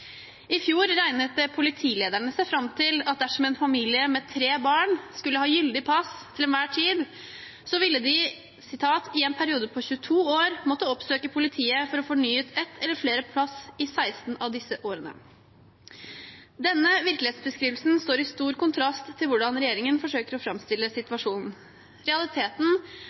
I fjor regnet PF Politilederne seg fram til at dersom en familie med tre barn skulle ha gyldig pass til enhver tid, så ville de i en periode på 22 år måtte oppsøke politiet for å få fornye ett eller flere pass i 16 av disse årene. Denne virkelighetsbeskrivelsen står i sterk kontrast til hvordan regjeringen forsøker å framstille situasjonen. Realiteten